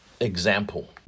Example